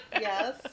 Yes